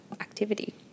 activity